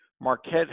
marquette